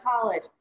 college